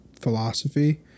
philosophy